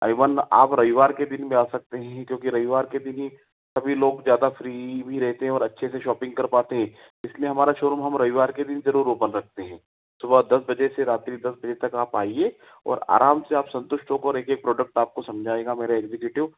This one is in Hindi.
इवन आप रविवार के दिन भी आ सकते हैं क्योंकि रविवार के दिन ही सभी लोग ज़्यादा फ्री रहते हैं और अच्छे से शॉपिंग कर पाते हैं इसलिए हमारा शोरूम हम रविवार के दिन ज़रूर ओपन रखते हैं सुबह बजे बजे से रात्रि दस बजे तक आप आइए और आराम से संतुष्ट होकर एक एक प्रोडक्ट आपको समझाएगा मेरा एग्जीक्यूटिव